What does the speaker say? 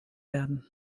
werden